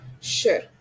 Sure